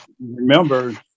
remember